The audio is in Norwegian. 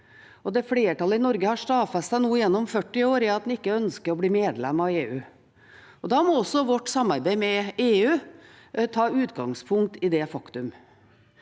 det flertallet i Norge har stadfestet gjennom 40 år, er at en ikke ønsker å bli medlem av EU. Da må vårt samarbeid med EU ta utgangspunkt i det faktum.